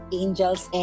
angels